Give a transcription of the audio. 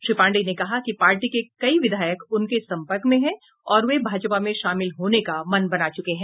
श्री पाण्डेय ने कहा कि पार्टी के कई विधायक उनके संपर्क में हैं और वे भाजपा में शामिल होने का मन बना चुके हैं